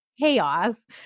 chaos